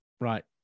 Right